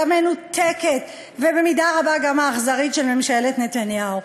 המנותקת ובמידה רבה גם האכזרית של ממשלת נתניהו.